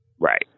Right